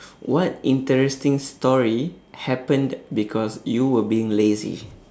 what interesting story happened because you were being lazy